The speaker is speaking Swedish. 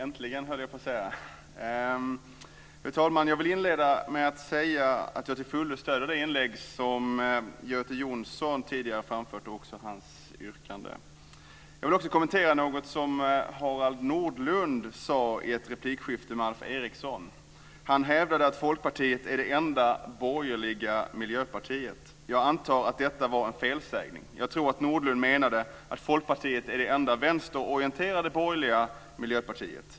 Fru talman! Jag vill inleda med att säga att jag till fullo stöder det som Göte Jonsson tidigare framfört i sitt inlägg och även hans yrkande. Jag vill också kommentera något som Harald Han hävdade att Folkpartiet är det enda borgerliga miljöpartiet. Jag antar att detta var en felsägning. Jag tror att Nordlund menade att Folkpartiet är det enda vänsterorienterade borgerliga miljöpartiet.